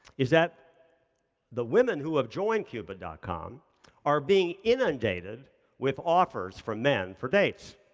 is that the women who have joined cupid dot com are being inundated with offers from men for dates.